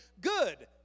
good